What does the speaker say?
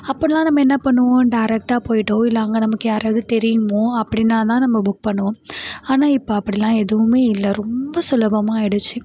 அப்போல்லாம் நம்ம என்ன பண்ணுவோம் டேரக்ட்டாக போய்ட்டோ இல்லை அங்கே நமக்கு யாராவது தெரியுமோ அப்படின்னா தான் நம்ம புக் பண்ணுவோம் ஆனால் இப்போ அப்படிலாம் எதுவுமே இல்லை ரொம்ப சுலபமாக ஆகிடுச்சு